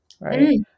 right